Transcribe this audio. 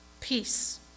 peace